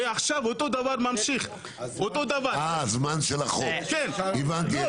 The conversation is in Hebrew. אה, הזמן של החוק, הבנתי.